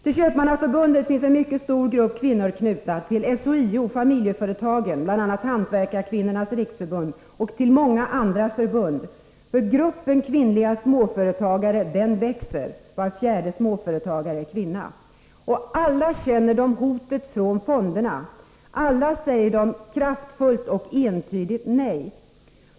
Till Köpmannaförbundet finns en mycket stor grupp kvinnor knutna, till SHIO-Familjeföretagen — bl.a. Hantverkarkvinnornas riksförbund — och till många andra förbund. Gruppen kvinnliga småföretagare växer — var fjärde småföretagare är kvinna. Alla känner de hotet från fonderna, alla säger de kraftigt och entydigt nej.